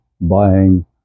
buying